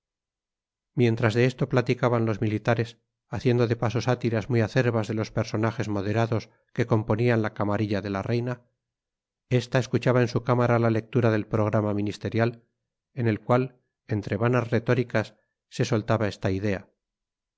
mientras de esto platicaban los militares haciendo de paso sátiras muy acerbas de los personajes moderados que componían la camarilla de la reina esta escuchaba en su cámara la lectura del programa ministerial en el cual entre vanas retóricas se soltaba esta idea